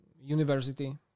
university